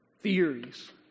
theories